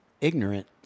ignorant